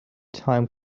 time